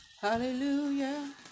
Hallelujah